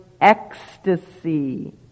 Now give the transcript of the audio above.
ecstasy